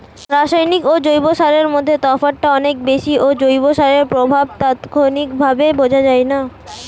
রাসায়নিক ও জৈব সারের মধ্যে তফাৎটা অনেক বেশি ও জৈব সারের প্রভাব তাৎক্ষণিকভাবে বোঝা যায়না